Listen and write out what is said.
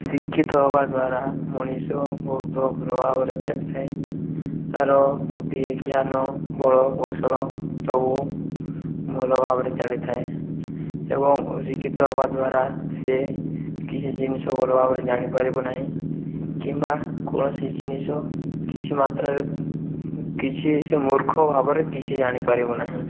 ଶିକ୍ଷିତ ହବା ଦ୍ଵାରା ମଣିଷ ବହୁତ ଭଲ ଭାବରେ ଚାଲିଥାଏ ତା'ର ବୁଦ୍ଧି ଜ୍ଞାନ ବଳ କୌଶଳ ଏବଂ ଭଲ ଭାବରେ ଚାଲିଥାଏ ଏବଂ ଅଶିକ୍ଷିତ ହେବା ଦ୍ଵାରା ସିଏ କିଛି ଜିନିଷ ଭଲ ଭାବରେ ଜାଣିପାରିବ ନାହିଁ କିମ୍ବା କୌଣସି ଜିନିଷ କିଛି ମାତ୍ରାରେ କିଛି ସେ ମୂର୍ଖ ଭାବରେ କିଛି ଜାଣିପାରିବ ନାହିଁ